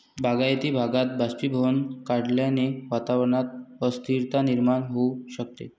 बागायती भागात बाष्पीभवन वाढल्याने वातावरणात अस्थिरता निर्माण होऊ शकते